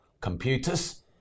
computers